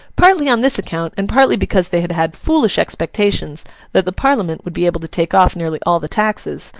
partly on this account and partly because they had had foolish expectations that the parliament would be able to take off nearly all the taxes,